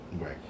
right